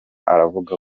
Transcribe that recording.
aravuga